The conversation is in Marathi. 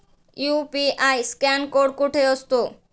यु.पी.आय स्कॅन कोड कुठे असतो?